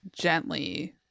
gently